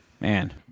Man